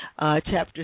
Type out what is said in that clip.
Chapter